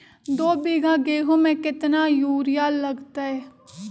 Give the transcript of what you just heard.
दो बीघा गेंहू में केतना यूरिया लगतै?